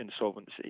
insolvency